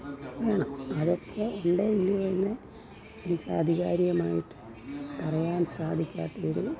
വേണം അതൊക്കെ ഉണ്ടോ ഇല്ലയോന്ന് എനിക്ക് ആധികാരികമായിട്ട് പറയാൻ സാധിക്കാത്തയൊരു